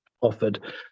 offered